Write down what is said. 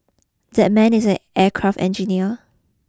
that man is an aircraft engineer